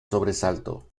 sobresalto